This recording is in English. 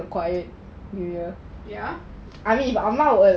the quiet new year ya I mean if I'm out